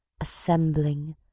Assembling